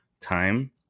time